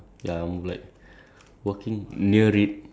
so you are thinking of become a becoming a zookeeper